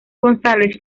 gonzález